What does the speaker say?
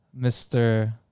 Mr